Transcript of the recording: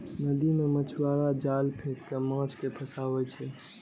नदी मे मछुआरा जाल फेंक कें माछ कें फंसाबै छै